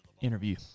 interview